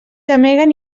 gemeguen